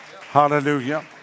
Hallelujah